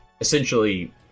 essentially